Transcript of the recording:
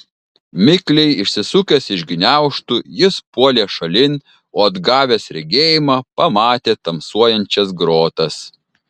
mikliai išsisukęs iš gniaužtų jis puolė šalin o atgavęs regėjimą pamatė tamsuojančias grotas